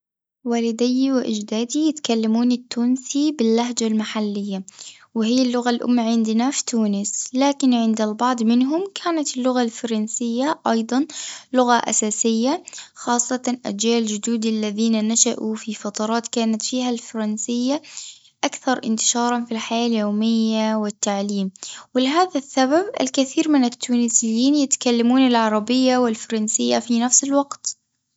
والدي وأجدادي يتكلمون التونسي باللهجة المحلية، وهي اللغة الأم عندنا في تونس، لكن عند البعض منهم كانت اللغة الفرنسية أيضًا لغة أساسية، خاصة أجيال جدودي الذين نشأوا في فترات كانت فيها الفرنسية أكثر انتشارًا في الحياة اليومية والتعليم، ولهذا السبب الكثير من التونسيين يتكلمون العربية والفرنسية في نفس الوقت.